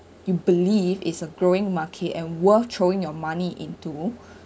you believe is a growing market and worth throwing your money into